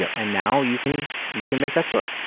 yeah and now, you can you can make that store.